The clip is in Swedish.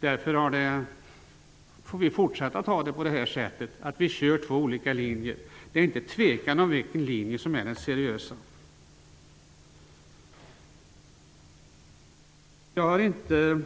Därför får vi fortsätta att köra två olika linjer. Det är ingen tvekan om vilken linje som är den seriösa. Jag har inte